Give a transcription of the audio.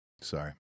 sorry